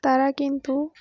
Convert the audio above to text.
তারা কিন্তু